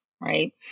right